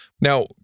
Now